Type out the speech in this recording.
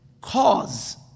cause